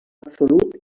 absolut